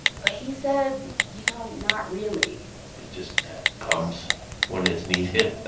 but he said, you know, not really it just comes when it's needed